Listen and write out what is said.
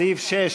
סעיף 6,